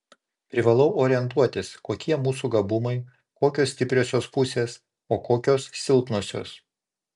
privalau orientuotis kokie mūsų gabumai kokios stipriosios pusės o kokios silpnosios